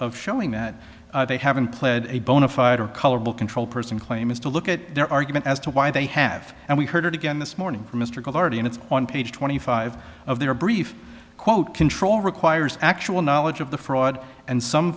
of showing that they haven't played a bonafide or colorable control person claim is to look at their argument as to why they have and we heard again this morning from mr cole already and it's on page twenty five of their brief quote control requires actual knowledge of the fraud and some